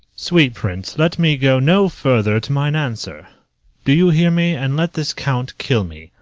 sweet prince, let me go no further to mine answer do you hear me, and let this count kill me.